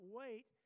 wait